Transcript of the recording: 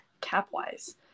cap-wise